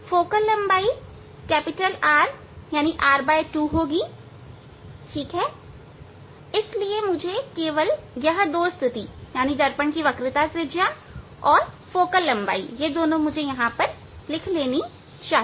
focal लंबाई R2 होगी इसलिए मुझे केवल यह दो स्थिति लिख लेनी चाहिए